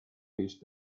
fish